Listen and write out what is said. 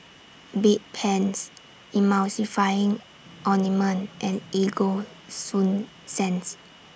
Bedpans Emulsying Ointment and Ego Sunsense